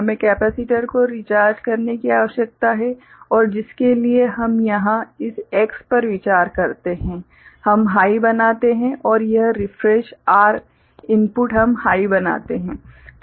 हमें केपेसिटर को रिचार्ज करने की आवश्यकता है और जिसके लिए हम यहां इस X पर विचार करते हैं हम हाइ बनाते हैं और यह रिफ्रेश R इनपुट हम हाइ बनाते हैं